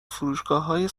فروشگاههای